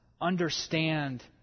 understand